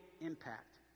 impact